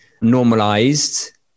normalized